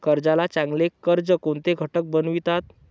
कर्जाला चांगले कर्ज कोणते घटक बनवितात?